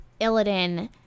illidan